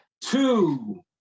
Two